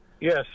Yes